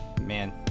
man